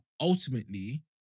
ultimately